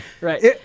Right